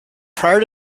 prior